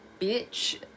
bitch